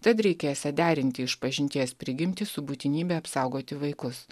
tad reikėsia derinti išpažinties prigimtį su būtinybe apsaugoti vaikus